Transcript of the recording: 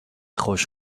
خوش